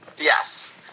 Yes